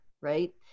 right